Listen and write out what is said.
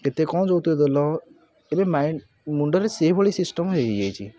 କେତେ କ'ଣ ଯୌତୁକ ଦେଲ ଏବେ ମାଇଣ୍ଡ୍ ମୁଣ୍ଡରେ ସେହିଭଳି ସିଷ୍ଟମ୍ ହୋଇଯାଇଛି